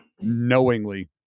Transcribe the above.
knowingly